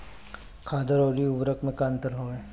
खादर अवरी उर्वरक मैं का अंतर हवे?